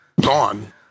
gone